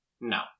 No